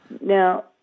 Now